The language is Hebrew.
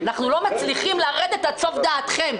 אנחנו לא מצליחים לרדת לסוף דעתכם.